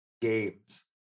games